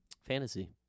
fantasy